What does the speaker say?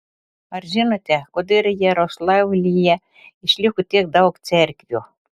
ar žinote kodėl jaroslavlyje išliko tiek daug cerkvių